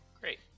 Great